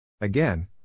Again